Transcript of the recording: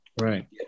Right